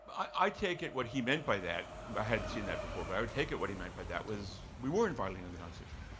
i take it what he meant by that i hadn't seen that before but i would take it what he meant by that was, we weren't violating the constitution.